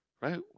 right